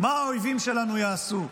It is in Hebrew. מה האויבים שלנו יעשו.